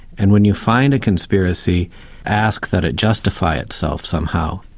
and when you find a conspiracy ask that it justify itself somehow,